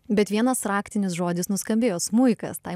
bet vienas raktinis žodis nuskambėjo smuikas tai